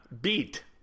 beat